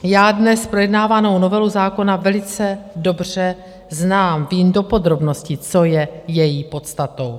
Já dnes projednávanou novelu zákona velice dobře znám, vím do podrobností, co je její podstatou.